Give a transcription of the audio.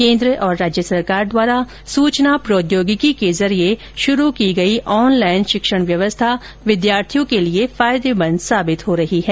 केंद्र और राज्य सरकार द्वारा सूचना प्रोद्योगिकी के जरिए शुरू की गई ऑनलाइन शिक्षण व्यवस्था विद्यार्थियों के लिए फायदेमंद साबित हो रही है